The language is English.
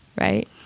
right